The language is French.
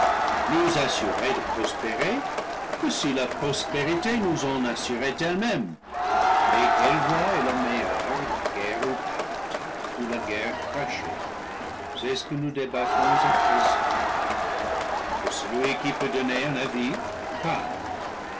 plus assurés de prospérer que si la pros périté nous en assurait elle-même et quelle voie est la meil leure la guerre ouverte ou la guerre cachée c'est ce que ce nous débattrons à présent que celui qui peut donner un avis